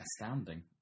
Astounding